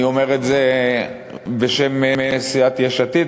אני אומר את זה בשם סיעת יש עתיד,